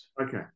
Okay